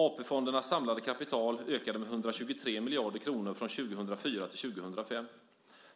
AP-fondernas samlade kapital ökade med 123 miljarder kronor från år 2004 till år 2005.